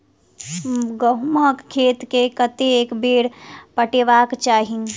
गहुंमक खेत केँ कतेक बेर पटेबाक चाहि?